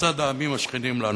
לצד העמים השכנים לנו.